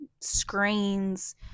screens